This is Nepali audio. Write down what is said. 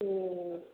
ए